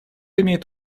имеет